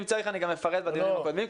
אם צריך אני גם אפרט בדיונים הבאים,